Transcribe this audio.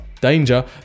danger